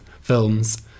films